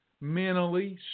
mentally